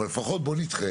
אבל לפחות בוא נדחה.